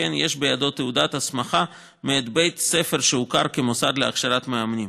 יש בידו תעודת הסמכה מאת בית ספר שהוכר כמוסד להכשרת מאמנים.